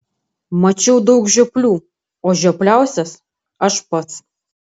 mačiau daug žioplių o žiopliausias aš pats